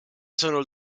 sõnul